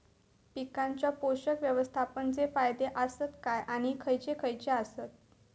पीकांच्या पोषक व्यवस्थापन चे फायदे आसत काय आणि खैयचे खैयचे आसत?